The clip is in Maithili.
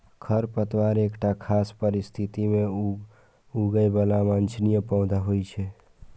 खरपतवार एकटा खास परिस्थिति मे उगय बला अवांछित पौधा होइ छै